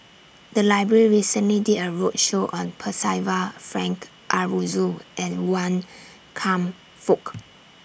The Library recently did A roadshow on Percival Frank Aroozoo and Wan Kam Fook